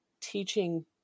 teaching